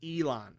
Elon